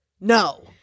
No